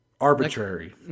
arbitrary